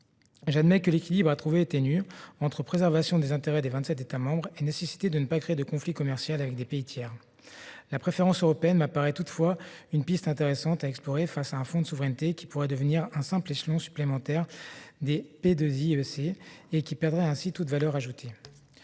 J'admets que l'équilibre est difficile à trouver, entre préservation des intérêts des vingt-sept États membres et nécessité de ne pas créer de conflit commercial avec des pays tiers. La préférence européenne me semble toutefois une piste intéressante à explorer dans la mesure où un fonds de souveraineté pourrait devenir un simple échelon supplémentaire des Piiec et perdre ainsi toute valeur ajoutée.